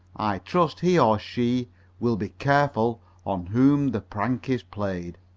i trust he or she will be careful on whom the prank is played.